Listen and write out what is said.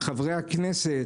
חברי הכנסת,